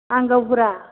आं गावबुरा